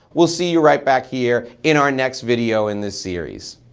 we'll see you right back here in our next video in this series.